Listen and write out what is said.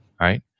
right